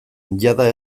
jada